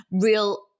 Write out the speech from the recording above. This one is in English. Real